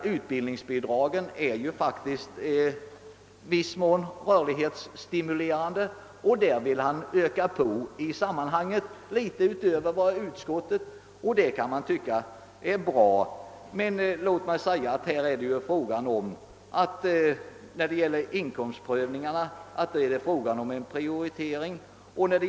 =: Utbildningsbidragen är emellertid i viss mån rörlighetsstimulerande, och dem vill han som reservant öka på litet utöver utskottets förslag. Det kan ju vara bra, men när det gäller inkomstprövning är det alltid frågan om en prioritering.